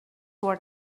were